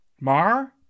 Mar